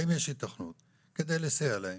האם יש היתכנות כדי לסייע להם,